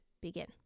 begin